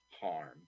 harm